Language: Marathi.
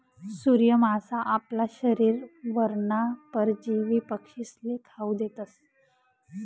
सूर्य मासा आपला शरीरवरना परजीवी पक्षीस्ले खावू देतस